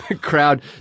Crowd